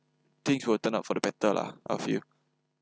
things will turn out for the better lah I feel